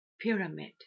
pyramid